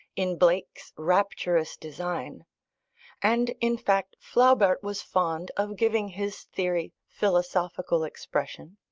in blake's rapturous design and, in fact, flaubert was fond of giving his theory philosophical expression